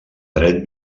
dret